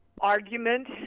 Argument